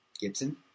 gibson